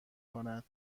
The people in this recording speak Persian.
کند